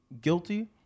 guilty